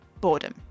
boredom